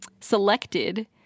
selected